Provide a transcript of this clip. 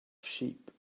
sheep